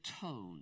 tone